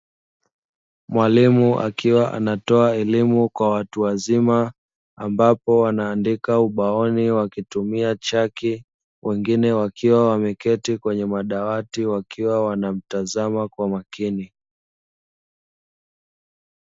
Mwalimu akiwa anatoa elimu kwa watu wazima ambapo anaadika ubaoni wakitumia chaki, wengine wakiwa wameketi kwenye madawati wakiwa wanamtazama kwa makini.